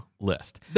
list